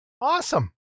Awesome